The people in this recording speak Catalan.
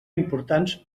importants